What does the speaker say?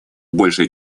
большее